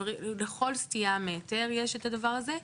לכל סטייה מהיתר יש את הדבר הזה.